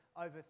Over